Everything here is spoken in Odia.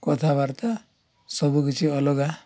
କଥାବାର୍ତ୍ତା ସବୁକିଛି ଅଲଗା